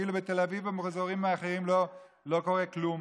כאילו בתל אביב ובאזורים האחרים לא קורה כלום.